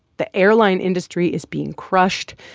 the airline industry is being crushed.